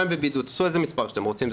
איזה מספר שאתם רוצים,